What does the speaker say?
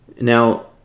Now